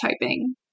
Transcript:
typing